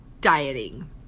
dieting